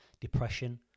depression